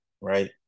right